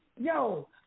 yo